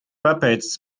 puppets